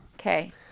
Okay